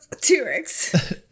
T-Rex